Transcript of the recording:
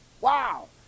Wow